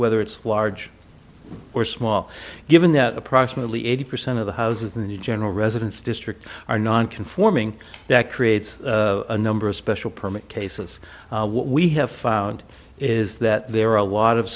whether it's large or small given that approximately eighty percent of the houses in the general residence district are non conforming that creates a number of special permit cases what we have found is that there are a lot of